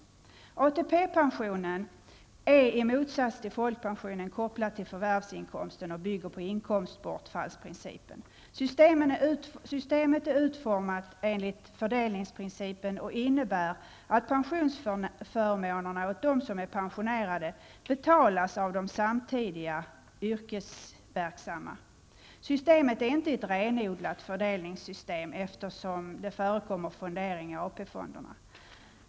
ATP-pensionen är, i motsats till folkpensionen, kopplad till förvärvsinkomsten och bygger på inkomstbortfallsprincipen. Systemet är utformat enligt fördelningsprincipen och innebär att pensionsförmånerna åt dem som är pensionerade betalas av de samtida yrkesverksamma. Systemet är inte ett renodlat fördelningssystem, eftersom det förekommer fondering i AP fonderna.